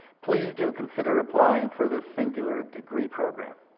please do consider applying for this singular degree program.